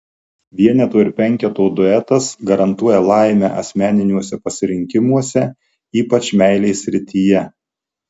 vieneto ir penketo duetas garantuoja laimę asmeniniuose pasirinkimuose ypač meilės srityje